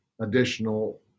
additional